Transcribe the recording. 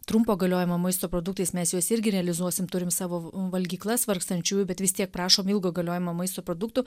trumpo galiojimo maisto produktais mes juos irgi realizuosim turim savo valgyklas vargstančiųjų bet vis tiek prašom ilgo galiojimo maisto produktų